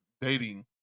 dating